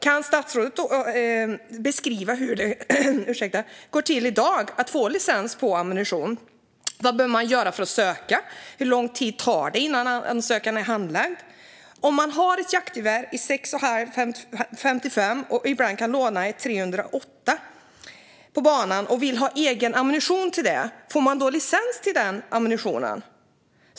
Kan statsrådet beskriva hur det går till i dag att få licens för ammunition? Vad behöver man göra för att söka? Hur lång tid tar det innan ansökan är handlagd? Om man har ett jaktgevär med kaliber 6,5 × 55 och ibland kan låna ett med kaliber 308 på banan och vill ha egen ammunition till det, får man då licens till den ammunitionen?